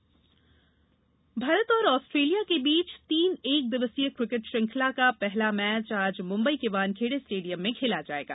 cricket Bharat और Australia के बीच तीन एकदिवसीय क्रिकेट श्रृंखला का पहला मैच आज मुम्बई के वानखेडे स्टेडियम में खेला जाएगा